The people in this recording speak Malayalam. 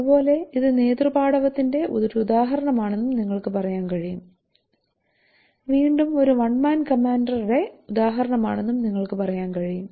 അതുപോലെ ഇത് നേതൃപാടവത്തിന്റെ ഒരു ഉദാഹരണമാണെന്നും നിങ്ങൾക്ക് പറയാൻ കഴിയും വീണ്ടും ഒരു വൺമാൻ കമാൻഡറുടെ ഉദാഹരണമാണെന്നും നിങ്ങൾക്ക് പറയാൻ കഴിയും